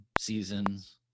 seasons